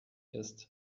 ist